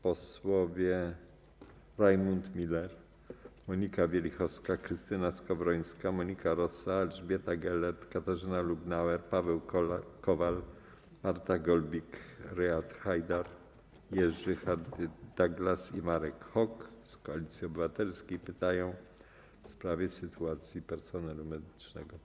Posłowie Rajmund Miller, Monika Wielichowska, Krystyna Skowrońska, Monika Rosa, Elżbieta Gelert, Katarzyna Lubnauer, Paweł Kowal, Marta Golbik, Riad Haidar, Jerzy Hardie-Douglas i Marek Hok z Koalicji Obywatelskiej pytają w sprawie sytuacji personelu medycznego.